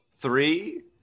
Three